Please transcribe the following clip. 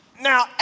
now